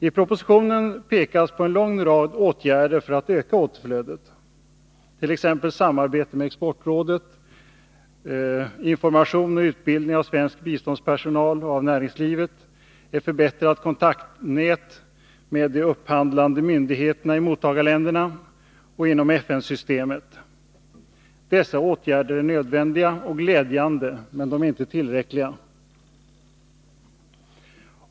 I propositionen pekas på en lång rad åtgärder för att öka återflödet, t.ex. samarbete med Exportrådet, information till och utbildning av svensk biståndspersonal och näringslivet samt ett förbättrat kontaktnät med de upphandlande myndigheterna i mottagarländerna och inom FN-systemet. Dessa åtgärder är nödvändiga och glädjande, men inte tillräckliga.